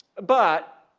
but